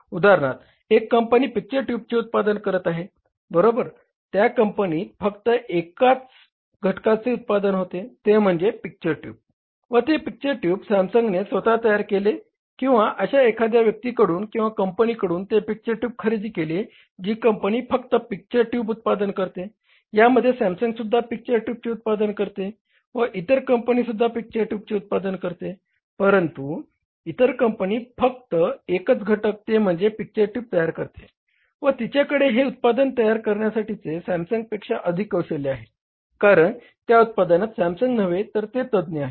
उदाहरणार्थ एक company picture ट्यूबचे उत्पादन करत आहे बरोबर त्या कंपनीत फक्त एकाच घटकाचे उत्पादन होते ते म्हणजे पिक्चर ट्यूब व ते पिक्चर ट्यूब सॅमसंगने स्वतः तयार केले किंवा अशा एखाद्या व्यक्तीकडून किंवा कंपनीकडून ते पिक्चर ट्यूब खरेदी केले जी कंपनी फक्त पिक्चर ट्यूबच उत्पादन करते यामध्ये सॅमसंगसुद्धा पिक्चर ट्यूबचे उत्पादन करते व इतर कंपनीसुद्धा पिक्चर ट्यूबचे उत्पादन करते परंतु इतर कंपनी फक्त एकच घटक ते म्हणजे पिक्चर ट्यूब तयार करते व तिच्याकडे हे उत्पादन करण्यासाठी सॅमसंगपेक्षा अधिक कौशल्य आहे कारण त्या उत्पादनात सॅमसंग नव्हे तर ते तज्ञ आहेत